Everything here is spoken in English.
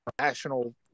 national